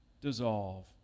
dissolve